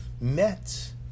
met